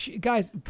guys